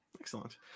Excellent